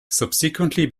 subsequently